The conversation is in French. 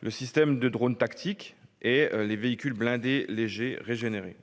le système de drones tactiques et les véhicules blindés légers régénérés.